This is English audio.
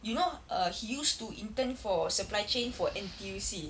you know err he used to intern for supply chain for N_T_U_C